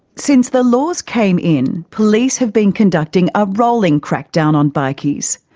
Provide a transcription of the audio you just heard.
since the laws came in, police have been conducting a rolling crackdown on bikies.